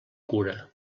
cura